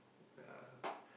yeah